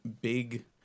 big